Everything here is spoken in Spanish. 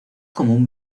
común